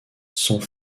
sont